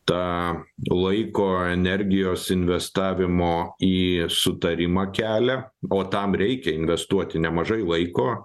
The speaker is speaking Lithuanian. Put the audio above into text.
tą laiko energijos investavimo į sutarimą kelią o tam reikia investuoti nemažai laiko